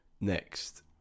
next